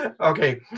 Okay